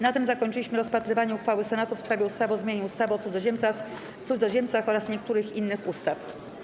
Na tym zakończyliśmy rozpatrywanie uchwały Senatu w sprawie ustawy o zmianie ustawy o cudzoziemcach oraz niektórych innych ustaw.